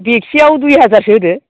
बेगसेयाव दुइ हाजारसो होदो